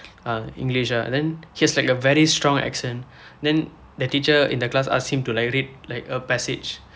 uh english ah then he has like a very strong accent then the teacher in the class asked him to like read like a passage